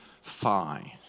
fine